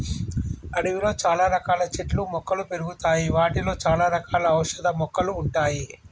అడవిలో చాల రకాల చెట్లు మొక్కలు పెరుగుతాయి వాటిలో చాల రకాల ఔషధ మొక్కలు ఉంటాయి